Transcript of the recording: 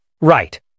Right